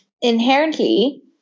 inherently